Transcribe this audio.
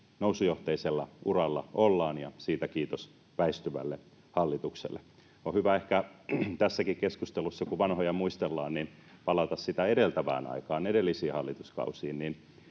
nousujohteisella uralla ollaan ja siitä kiitos väistyvälle hallitukselle. On hyvä ehkä tässäkin keskustelussa, kun vanhoja muistellaan, palata sitä edeltävään aikaan, edellisiin hallituskausiin: